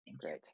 Great